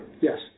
Yes